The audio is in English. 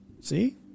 See